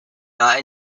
not